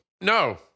No